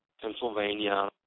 Pennsylvania